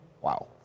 Wow